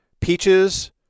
Peaches